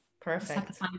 perfect